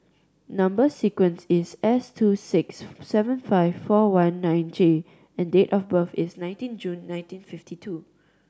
number sequence is S two six seven five four one nine J and date of birth is nineteen June nineteen fifty two